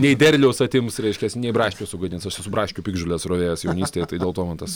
nei derliaus atims reiškias nei braškių sugadins aš esu braškių piktžoles rovėjęs jaunystėje tai dėl to man tas